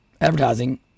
advertising